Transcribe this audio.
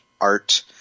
art